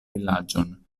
vilaĝon